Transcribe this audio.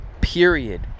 period